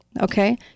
okay